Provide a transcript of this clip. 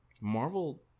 Marvel